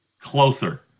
closer